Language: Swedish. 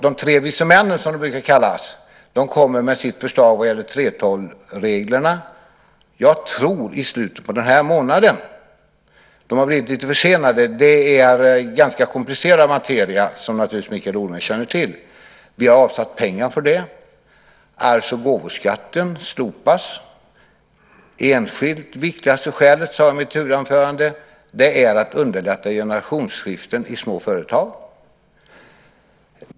De tre vise männen, som de brukar kallas, kommer med sitt förslag vad gäller 3:12-reglerna i slutet av den här månaden, tror jag. De har blivit lite försenade. Det är ganska komplicerad materia, som naturligtvis Mikael Odenberg känner till. Vi har avsatt pengar för det. Arvs och gåvoskatten slopas. Det enskilt viktigaste skälet för detta, sade jag i mitt huvudanförande, är att underlätta generationsskiften i små företag.